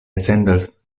sendas